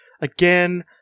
Again